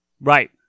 Right